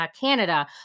Canada